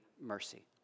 mercy